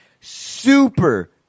super